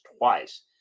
twice